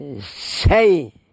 say